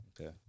Okay